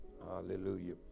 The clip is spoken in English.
Hallelujah